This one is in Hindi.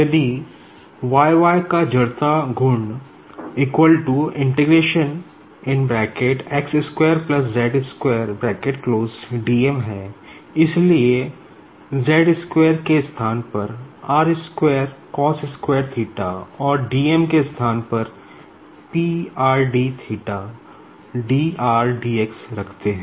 यदि YY का इनरशिया है इसलिए के स्थान पर और dm के स्थान पर रखते है